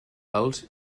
als